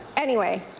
anyway,